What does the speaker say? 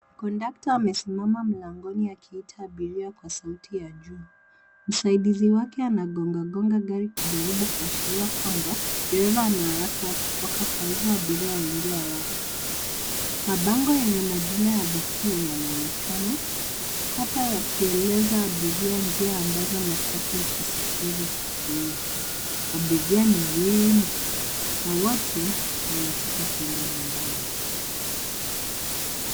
Kondukta amesimama mlangoni akiita abiria kwa sauti ya juu, msaidizi wake anagongagonga gari kujaribu kuashiria kwamba, dereva ana haraka ya kutoka kwa hivyo abiria waingie haraka. Mabango yenye majina ya vituo yanaonekana, hapa yakieleza abiria njia ambazo matatu itasafiri ikitumia. Abiria ni wengi na wote, wanataka kwenda nyumbani.